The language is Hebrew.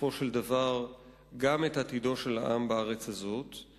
בסופו של דבר גם את עתידו של העם בארץ הזאת.